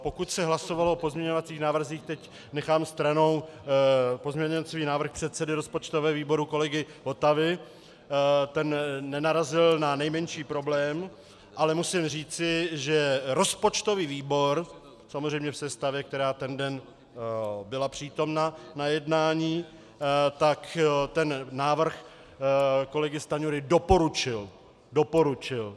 Pokud se hlasovalo o pozměňovacích návrzích teď nechám stranou pozměňovací návrh předsedy rozpočtového výboru kolegy Votavy, ten nenarazil na nejmenší problém, ale musím říci, že rozpočtový výbor samozřejmě v sestavě, která ten den byla přítomna na jednání, návrh kolegy Stanjury doporučil.